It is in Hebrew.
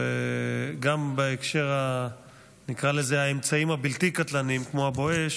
וגם בהקשר של האמצעים הבלתי-קטלניים כמו הבואש,